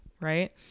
right